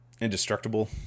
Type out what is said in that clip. indestructible